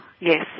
Yes